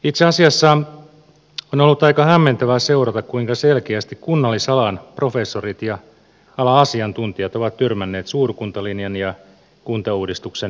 itse asiassa on ollut aika hämmentävää seurata kuinka selkeästi kunnallisalan professorit ja alan asiantuntijat ovat tyrmänneet suurkuntalinjan ja kuntauudistuksen valmistelun